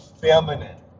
feminine